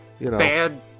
bad